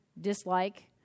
dislike